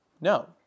No